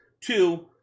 Two